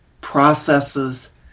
processes